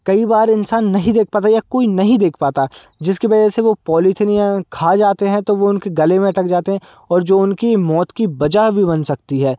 कई बार इंसान नहीं देख पाता या कोई नहीं देख पाता जिसकी वजह से वो पॉलिथीन या खा जाते हैं तो वो उनके गले में अटक जाते हैं और जो उनकी मौत की वजह भी बन सकती है